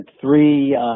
three